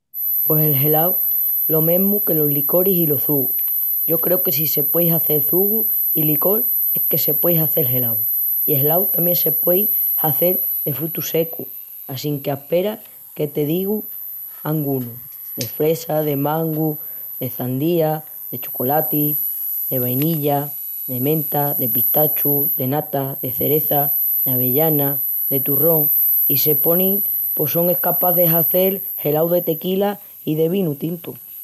Pos el gelau lo mesmu que los licoris i los çugus. Yo creu que si se puei hazel çugu i licol es que se puei hazel gelau. I el gelau tamién se puei hazel de frutus secus assinque aspera que te digu angunus: de fresa, de mango, de çandía, de chocolati, de vanilla, de menta, de pistachu, de nata, de cereza, d'avellana, de turrón i se ponin pos son escapás de hazel gelau de tequila o de vinu tintu.